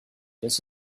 this